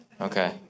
Okay